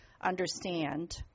understand